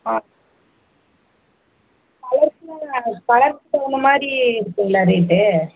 ஆ கலர்ஸ்யெலாம் கலர்ஸ் தகுந்த மாதிரி இருக்குங்களா ரேட்டு